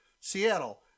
Seattle